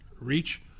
reach